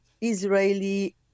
Israeli